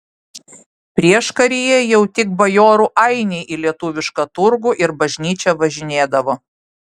prieškaryje jau tik bajorų ainiai į lietuvišką turgų ir bažnyčią važinėdavo